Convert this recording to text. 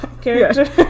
character